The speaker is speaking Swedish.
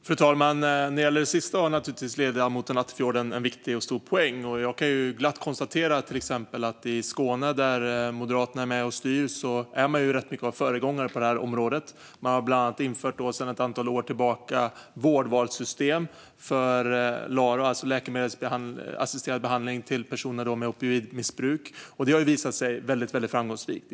Fru talman! När det gäller det sistnämnda har ledamoten Attefjord givetvis en viktig och stor poäng. Jag kan glatt konstatera att man till exempel i Skåne, där Moderaterna är med och styr, är rätt mycket av föregångare på det här området. Man har bland annat sedan ett antal år tillbaka infört vårdvalssystem för LARO, alltså läkemedelsassisterad behandling av personer med opioidmissbruk, vilket har visat sig mycket framgångsrikt.